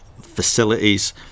facilities